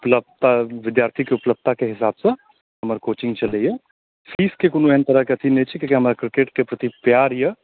उपलब्धता विद्यार्थीके उपलब्धताके हिसाबसँ हमर कोचिंग चलै अइ फीसके कोनो एहन तरहके अथी नहि छै कियाकि हमरा क्रिकेटके प्रति प्यार अइ